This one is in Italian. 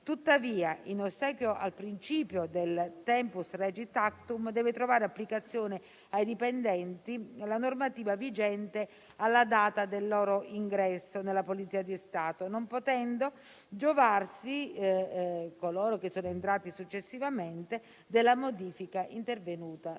Tuttavia, in ossequio al principio *tempus regit actum*, deve trovare applicazione ai dipendenti la normativa vigente alla data del loro ingresso nella Polizia di Stato, non potendo giovarsi coloro che sono entrati successivamente della modifica intervenuta